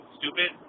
stupid